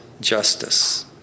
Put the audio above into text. justice